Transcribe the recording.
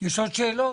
יש עוד שאלות?